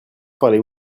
parlez